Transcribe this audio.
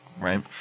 Right